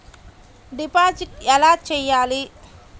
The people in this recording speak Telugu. డిపాజిట్ ఎలా చెయ్యాలి?